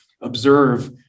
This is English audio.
observe